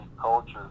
cultures